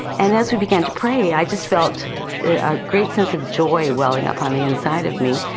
and as we began to pray i just felt a great sense of joy welling up on the inside of me.